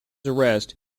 arrest